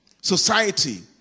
Society